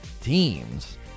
teams